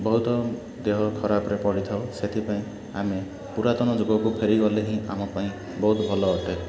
ବହୁତ ଦେହ ଖରାପରେ ପଡ଼ିଥାଉ ସେଥିପାଇଁ ଆମେ ପୁରାତନ ଯୁଗକୁ ଫେରିଗଲେ ହିଁ ଆମ ପାଇଁ ବହୁତ ଭଲ ଅଟେ